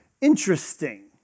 interesting